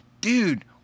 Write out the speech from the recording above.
dude